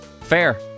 Fair